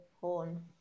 Horn